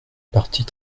partie